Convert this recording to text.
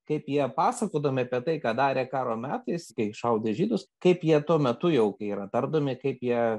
kaip jie pasakodami apie tai ką darė karo metais kai šaudė žydus kaip jie tuo metu jau kai yra tardomi kaip jie